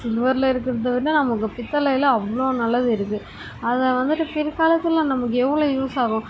சில்வரில் இருக்கிறதவிட நமக்கு பித்தளையில் அவ்வளோ நல்லது இருக்குது அதை வந்துட்டு பிற்காலத்தில் நமக்கு எவ்வளோ யூஸ்ஸாகும்